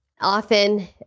Often